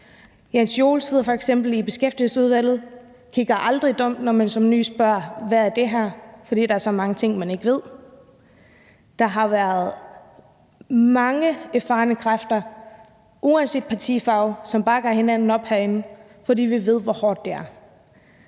Jens Joel sidder f.eks. i Beskæftigelsesudvalget og kigger aldrig dumt, når man som ny spørger, hvad det her er, fordi der er så mange ting, man ikke ved. Der har været mange erfarne kræfter uanset partifarve, som bakker hinanden op herinde, fordi vi ved, hvor hårdt det er.